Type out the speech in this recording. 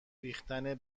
ریختن